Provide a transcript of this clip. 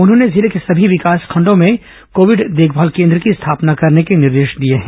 उन्होंने जिले के सभी विकासखंडों में कोविड देखभाल केन्द्र की स्थापना करने के निर्देश दिए हैं